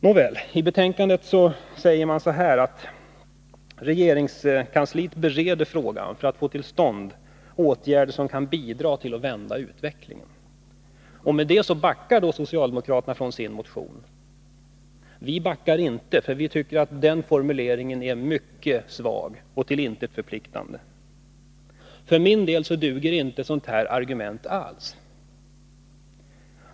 Nåväl, i betänkandet sägs det att regeringskansliet bereder frågan för att få till stånd åtgärder som kan bidra till att vända utvecklingen. Med detta backar socialdemokraterna från sin motion. Vi backar inte, för vi tycker att den formuleringen är mycket svag och till intet förpliktande. För min del duger ett sådant här argument inte alls.